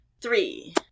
Three